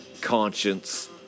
conscience